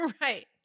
Right